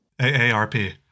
A-A-R-P